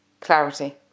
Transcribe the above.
clarity